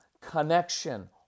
Connection